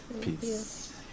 peace